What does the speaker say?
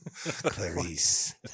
Clarice